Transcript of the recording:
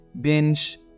binge